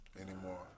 anymore